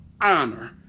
honor